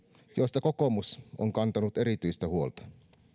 joista kokoomus on kantanut erityistä huolta